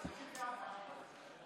34 פה למעלה.